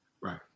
Right